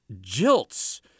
jilts